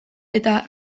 eta